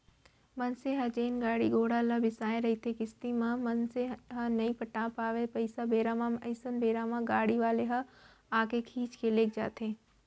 मनसे ह जेन गाड़ी घोड़ा ल बिसाय रहिथे किस्ती म मनसे ह नइ पटा पावय पइसा बेरा म अइसन बेरा म गाड़ी वाले ह आके खींच के लेग जाथे